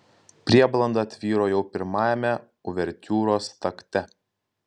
prieblanda tvyro jau pirmajame uvertiūros takte